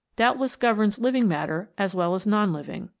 doubt less governs living matter as well as non-living.